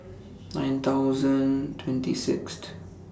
nine thousand twenty Sixth